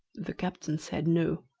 the captain said, no.